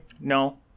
No